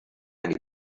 many